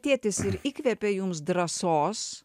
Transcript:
tėtis ir įkvėpė jums drąsos